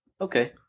Okay